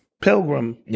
pilgrim